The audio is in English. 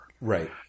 Right